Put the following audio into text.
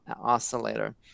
oscillator